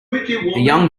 young